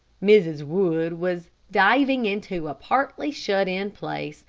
mrs. wood was diving into a partly shut-in place,